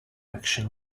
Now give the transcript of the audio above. action